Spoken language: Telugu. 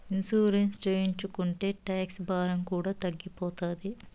ఇన్సూరెన్స్ చేయించుకుంటే టాక్స్ భారం కూడా తగ్గిపోతాయి